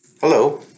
Hello